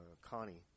Connie